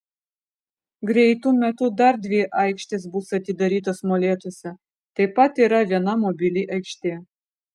greitu metu dar dvi aikštės bus atidarytos molėtuose taip pat yra viena mobili aikštė